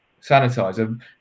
sanitizer